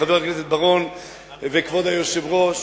חבר הכנסת בר-און וכבוד היושב-ראש,